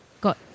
got